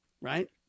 right